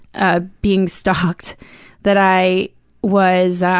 ah being stalked that i was.